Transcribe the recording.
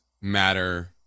matter